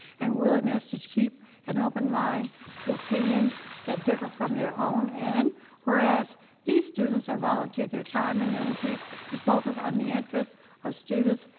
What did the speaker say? and willingness to keep an open mind to opinions that differ from their own and whereas these students have volunteered their time and energy to focus on the interests of students,